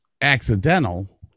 accidental